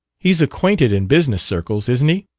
he's acquainted in business circles, isn't he?